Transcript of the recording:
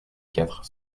quatre